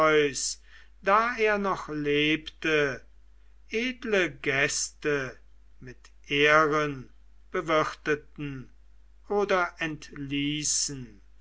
da er noch lebte edle gäste mit ehren bewirteten oder entließen